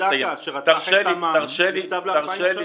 וליד דקה, שרצח את תמם, הוקצב ל-40 שנה.